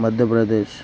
Madhya Pradesh